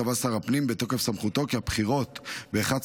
קבע שר הפנים בתוקף סמכותו כי הבחירות ב-11